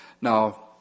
Now